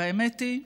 והאמת היא,